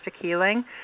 healing